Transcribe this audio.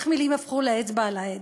איך מילים הפכו לאצבע על ההדק.